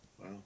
Wow